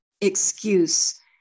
excuse